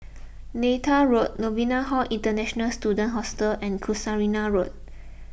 Neythai Road Novena Hall International Students Hostel and Casuarina Road